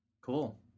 Cool